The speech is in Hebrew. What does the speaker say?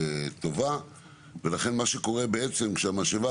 ומה שקורה זה שהמשאבה